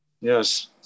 Yes